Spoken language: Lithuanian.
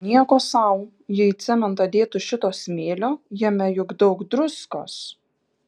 nieko sau jei į cementą dėtų šito smėlio jame juk daug druskos